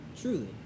truly